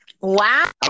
Wow